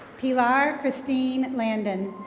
pilar christine landon.